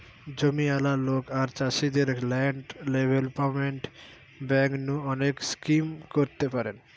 জমিয়ালা লোক আর চাষীদের ল্যান্ড ডেভেলপমেন্ট বেঙ্ক নু অনেক স্কিম করতে পারেন